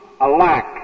Alack